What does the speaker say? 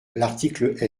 l’article